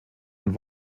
und